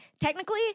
Technically